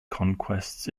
conquests